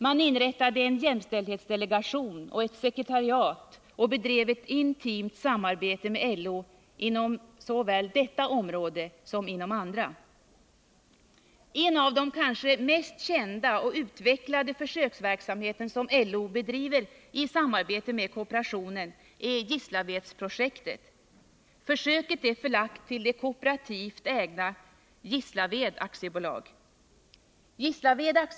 Man inrättade en jämställdhetsdelegation och ett sekretariat och bedrev ett intimt samarbete med LO såväl inom detta område som inom andra. Nr 52 Den kanske mest kända och utvecklade försöksverksamhet som LO Torsdagen den bedriver i samarbete med kooperationen är Gislavedsprojektet. Försöket är 13 december 1979 förlagt till det kooperativt ägda Gislaved AB.